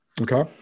Okay